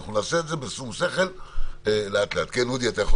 נעשה את זה בשום שכל לאט לאט.